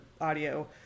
audio